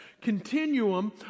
continuum